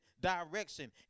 direction